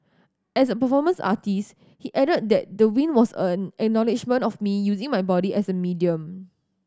as a performance artist he added that the win was an acknowledgement of me using my body as a medium